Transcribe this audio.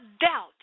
doubt